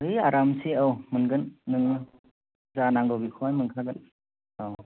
है आरामसे औ मोनगोन नोङो जा नांगौ बेखौनो मोनखागोन औ